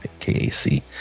KAC